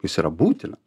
jis yra būtinas